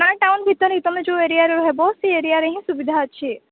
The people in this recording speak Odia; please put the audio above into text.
ନା ଟାଉନ ଭିତରେ ତମେ ଯେଉଁ ଏରିଆରେ ହେବ ସେଇ ଏରିଆରେ ହିଁ ସୁବିଧା ଅଛି